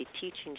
teaching